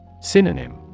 Synonym